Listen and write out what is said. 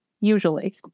usually